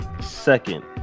second